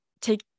take